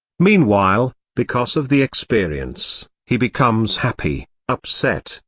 meanwhile, because of the experience, he becomes happy, upset,